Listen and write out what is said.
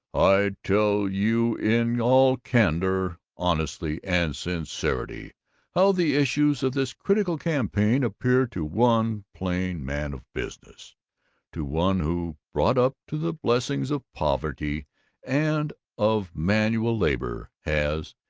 i tell you in all candor, honesty, and sincerity how the issues of this critical campaign appear to one plain man of business to one who, brought up to the blessings of poverty and of manual labor, has,